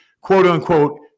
quote-unquote